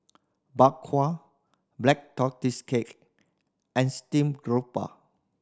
Bak Kwa Black Tortoise Cake and steamed grouper